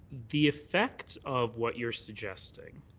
the effect of what you're suggesting